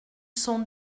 sont